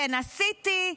כן עשיתי,